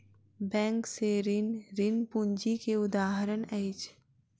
bank से ऋण, ऋण पूंजी के उदाहरण अछि